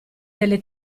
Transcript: delle